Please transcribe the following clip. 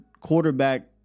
quarterback